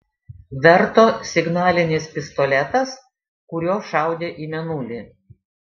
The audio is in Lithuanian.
verto signalinis pistoletas kuriuo šaudė į mėnulį